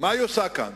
מה היא עושה כאן?